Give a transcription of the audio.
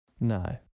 No